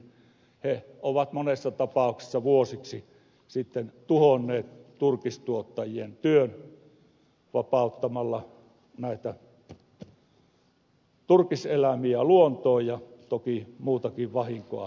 he ovat monessa tapauksessa vuosiksi sitten tuhonneet turkistuottajien työn vapauttamalla näitä turkiseläimiä luontoon ja toki muutakin vahinkoa aiheuttaneet